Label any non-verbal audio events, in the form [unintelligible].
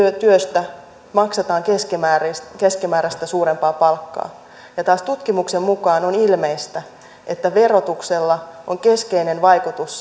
työstä maksetaan keskimääräistä keskimääräistä suurempaa palkkaa ja taas tutkimuksen mukaan on ilmeistä että verotuksella on keskeinen vaikutus [unintelligible]